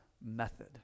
method